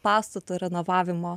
pastato renovavimo